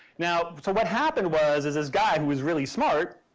now so what happened was is this guy who was really smart